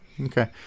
Okay